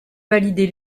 valider